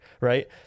Right